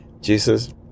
Jesus